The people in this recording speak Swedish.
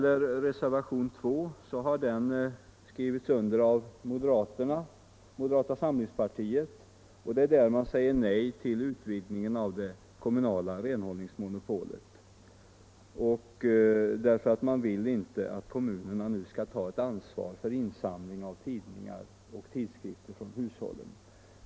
Reservationen 2 har skrivits under av moderata samlingspartiets representanter, och det är där man säger nej till utvidgningen av det kommunala renhållningsmonopolet därför att man inte vill att kommunerna nu skall ta ansvar för insamling av tidningar och tidskrifter från hushållen.